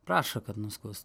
prašo kad nuskus